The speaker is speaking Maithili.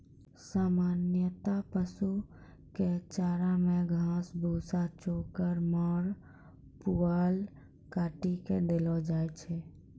सामान्यतया पशु कॅ चारा मॅ घास, भूसा, चोकर, माड़, पुआल काटी कॅ देलो जाय छै